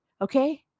okay